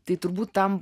tai turbūt tam